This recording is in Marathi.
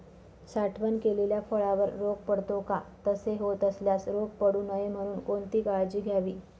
साठवण केलेल्या फळावर रोग पडतो का? तसे होत असल्यास रोग पडू नये म्हणून कोणती काळजी घ्यावी?